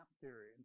theory